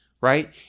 right